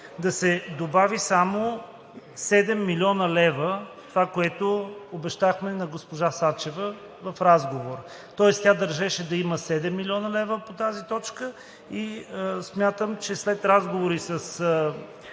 да се добави само „7 млн. лв.“. Това обещахме на госпожа Сачева в разговор. Тоест тя държеше да има 7 млн. лв. по тази точка и смятам, че след разговори с